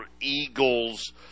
Eagles